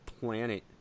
planet